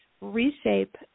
reshape